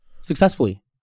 successfully